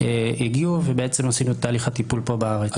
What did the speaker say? הגיעו ובעצם עשינו את תהליך הטיפול פה בארץ.